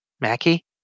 Mackie